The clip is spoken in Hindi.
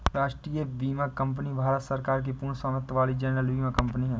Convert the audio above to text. राष्ट्रीय बीमा कंपनी भारत सरकार की पूर्ण स्वामित्व वाली जनरल बीमा कंपनी है